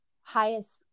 highest